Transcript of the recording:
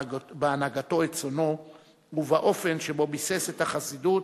בהנהגתו את צאנו ובאופן שבו ביסס את החסידות